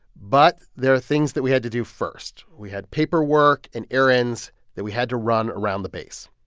but there are things that we had to do first. we had paperwork and errands that we had to run around the base.